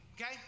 Okay